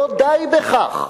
לא די בכך.